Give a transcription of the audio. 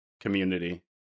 community